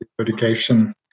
education